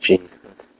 Jesus